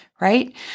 right